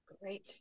Great